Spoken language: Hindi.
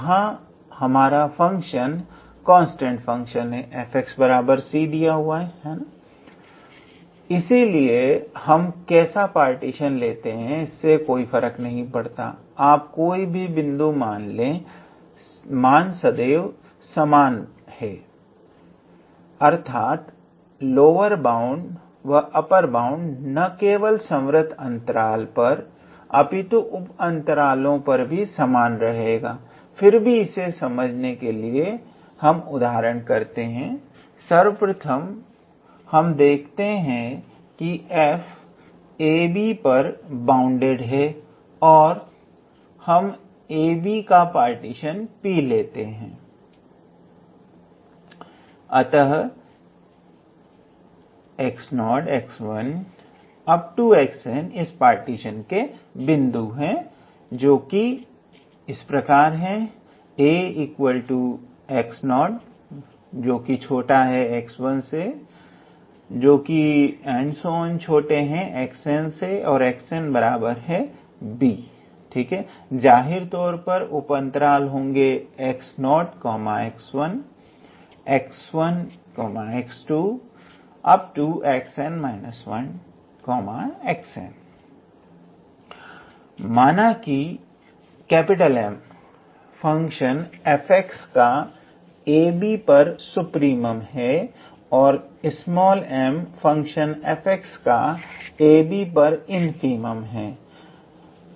यहां हमारा फंक्शन कांस्टेंट फंक्शन है इसलिए हम कैसा पार्टीशन लेते हैं इससे कोई फर्क नहीं पड़ता आप कोई भी बिंदु ले मान सदैव समान है रहेगा अर्थात लोअर बाउंड व अपर बाउंड ना केवल संव्रत अंतराल पर अपितु उप अंतरालों पर भी समान रहेंगे फिर भी इसे समझने के लिए हम उदाहरण करते हैं सर्वप्रथम हम देखते हैं कि f ab पर बाउंडेड है और हम ab का पार्टीशन P 𝑥0𝑥1 𝑥𝑛 लेते हैं जहां 𝑎𝑥0𝑥1 𝑥𝑛𝑏 जाहिर तौर पर उप अंतराल होंगे 𝑥01𝑥1𝑥2 𝑥𝑛−1𝑥𝑛 माना कि M फंक्शन f का ab पर सुप्रीमम है और m फंक्शन f का ab पर इनफीमम है